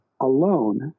alone